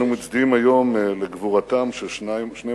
זה בעד יהודים, וזה נגד יהודים.